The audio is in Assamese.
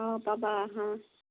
অ পাবা আহা